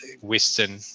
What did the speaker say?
Western